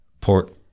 Port